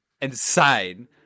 insane